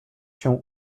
się